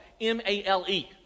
M-A-L-E